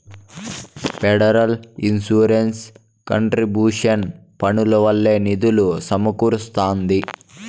federal insurance contribution పన్నుల వల్లే నిధులు సమకూరస్తాంది